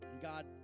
God